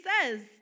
says